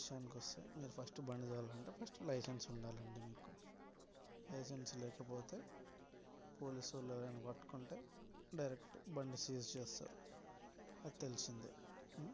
విషయానికి వకొస్తే మీరు ఫస్ట్ బండి తోలాలంటే మీకు ఫస్ట్ లైసెన్స్ ఉండాలి అండి మీకు లైసెన్స్ లేకపోతే పోలీసు వాళ్ళు ఎవరైనా పట్టుకుంటే డైరెక్ట్ బండి సీజ్ చేస్తారు అది తెలిసిందే